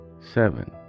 seven